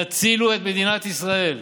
תצילו את מדינת ישראל.